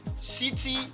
city